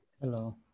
Hello